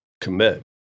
commit